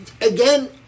again